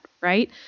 right